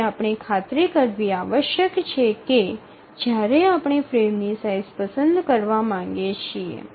જે આપણે ખાતરી કરવી આવશ્યક છે કે જ્યારે આપણે ફ્રેમની સાઇઝ પસંદ કરવા માંગીએ છીએ